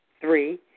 Three